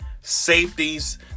Safeties